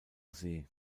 see